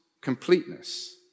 completeness